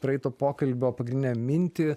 praeito pokalbio pagrindinę mintį